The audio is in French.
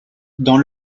dans